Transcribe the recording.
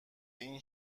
این